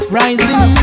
rising